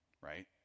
right